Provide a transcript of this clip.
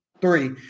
three